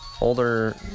older